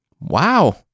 Wow